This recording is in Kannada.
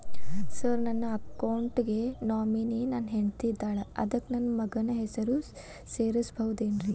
ಸರ್ ನನ್ನ ಅಕೌಂಟ್ ಗೆ ನಾಮಿನಿ ನನ್ನ ಹೆಂಡ್ತಿ ಇದ್ದಾಳ ಅದಕ್ಕ ನನ್ನ ಮಗನ ಹೆಸರು ಸೇರಸಬಹುದೇನ್ರಿ?